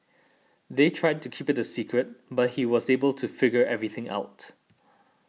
they tried to keep it a secret but he was able to figure everything out